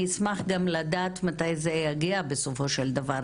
אני אשמח לדעת מתי זה יגיע בסופו של דבר,